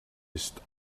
ist